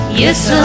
yes